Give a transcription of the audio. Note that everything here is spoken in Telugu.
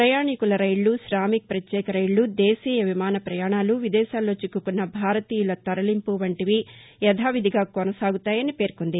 పయాణికుల రైళ్లు శామిక్ పత్యేక రైళ్లు దేశీయ విమాన పయాణాలు విదేశాల్లో చిక్కుకున్న భారతీయుల తరలింపు వంటివి యథావిధిగా కొనసాగుతాయని పేర్కొంది